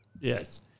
Yes